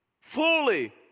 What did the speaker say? fully